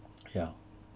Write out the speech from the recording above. ya